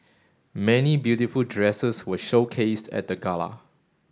many beautiful dresses were showcased at the gala